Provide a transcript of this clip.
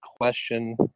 question